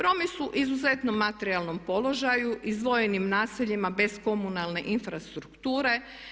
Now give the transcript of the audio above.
Romi su u izuzetnom materijalnom položaju izdvojenim naseljima bez komunalne infrastrukture.